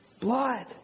blood